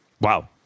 Wow